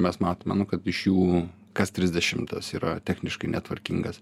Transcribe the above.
mes matome nu kad iš jų kas trisdešimtas yra techniškai netvarkingas